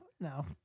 no